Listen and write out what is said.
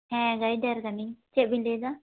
ᱦᱮᱸ ᱜᱟᱭᱰᱟᱨ ᱠᱟᱹᱱᱟᱹᱧ ᱪᱮᱫ ᱵᱤᱱ ᱞᱟᱹᱭ ᱮᱫᱟ